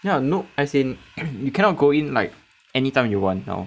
ya no as in you cannot go in like anytime you want now